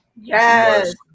Yes